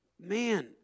Man